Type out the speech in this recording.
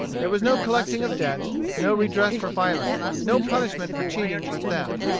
there was no collecting of debts, no redress for violence, no punishment for cheating or theft.